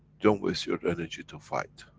don't waste your energy to fight,